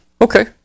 Okay